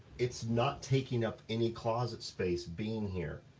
it's not taking up any closet space being here.